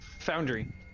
foundry